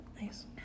Nice